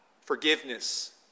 Forgiveness